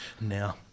now